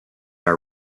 are